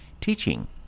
teaching